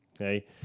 Okay